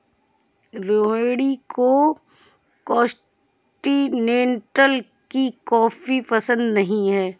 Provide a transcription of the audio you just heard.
रोहिणी को कॉन्टिनेन्टल की कॉफी पसंद नहीं है